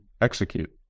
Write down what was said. execute